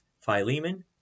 Philemon